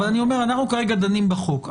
אבל אני אומר שאנחנו כרגע דנים בחוק.